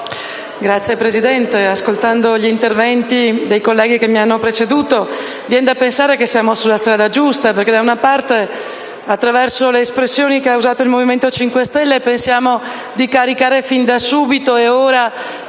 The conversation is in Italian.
Signora Presidente, ascoltando gli interventi dei colleghi che mi hanno preceduto viene da pensare che siamo sulla strada giusta. Da una parte, infatti, attraverso le espressioni che ha usato il Movimento 5 Stelle pensiamo di caricare sin fin da subito tutti